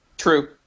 true